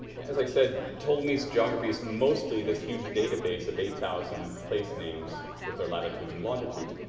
as i said ptolemy's geography is mostly this huge database of eight thousand placenames with their latitudes and longitudes.